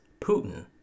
Putin